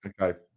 Okay